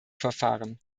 verfahren